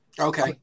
Okay